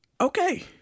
Okay